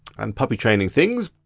and puppy training things.